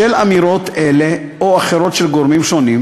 בשל אמירות אלה או אחרות של גורמים שונים,